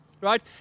right